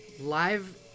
live